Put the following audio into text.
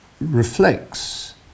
reflects